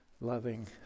loving